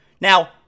Now